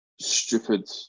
stupid